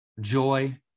joy